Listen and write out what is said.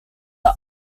are